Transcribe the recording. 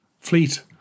fleet